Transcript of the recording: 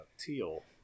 teal